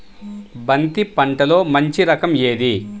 బంతి పంటలో మంచి రకం ఏది?